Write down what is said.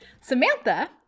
Samantha